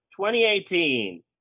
2018